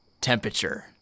temperature